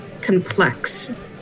complex